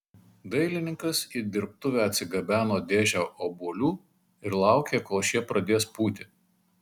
dailininkas į dirbtuvę atsigabeno dėžę obuolių ir laukė kol šie pradės pūti